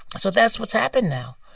so that's what's happening now.